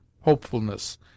hopefulness